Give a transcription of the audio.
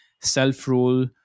self-rule